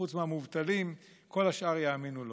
חוץ מהמובטלים, כל השאר יאמינו לו.